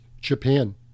Japan